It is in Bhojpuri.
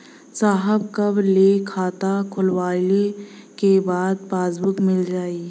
साहब कब ले खाता खोलवाइले के बाद पासबुक मिल जाई?